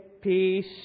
peace